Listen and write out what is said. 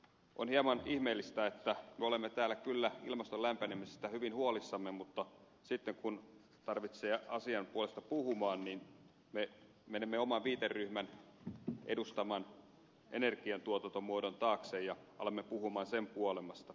on hieman ihmeellistä että me olemme täällä kyllä ilmaston lämpenemisestä hyvin huolissamme mutta sitten kun pitää asian puolesta puhua me menemme oman viiteryhmämme edustaman energiantuotantomuodon taakse ja alamme puhua sen kuolemasta